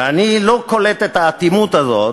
ואני לא קולט את האטימות הזאת,